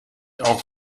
auch